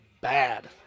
bad